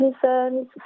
concerns